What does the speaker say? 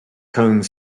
cone